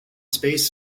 space